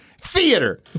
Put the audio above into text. Theater